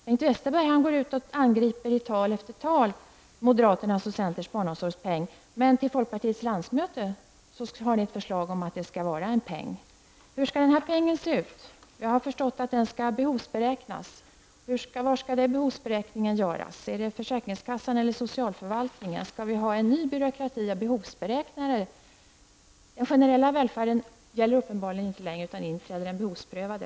Bengt Westerberg angriper i tal efter tal moderaternas och centerns barnomsorgspeng, men till folkpartiets landsmöte har ni ett förslag om att det skall införas en peng. Hur skall den pengen se ut? Jag har förstått att den skall behovsberäknas. Var skall den behovsberäkningen göras -- är det försäkringskassan eller socialförvaltningen som skall göra den? Skall vi ha en ny byråkrati av behovsberäknare? Den generella välfärden gäller uppenbarligen inte längre, utan in träder den behovsprövade!